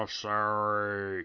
sorry